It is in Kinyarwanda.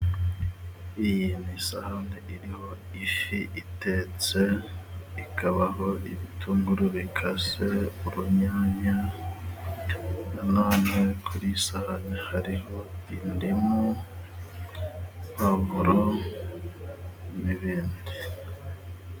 Iyi ni isahane iriho ifi itetse, ikabaho n'ibitunguru bikase, urunyanya, na none kuri iyi sahani hariho indimu, puwavuro n'ibindi.